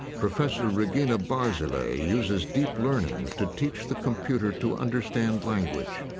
professor regina barzilay uses deep learning to teach the computer to understand language,